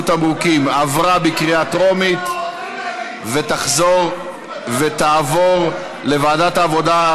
תמרוקים) עברה בקריאה טרומית ותחזור ותעבור לוועדת העבודה,